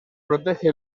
protege